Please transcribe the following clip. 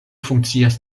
funkcias